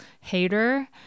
hater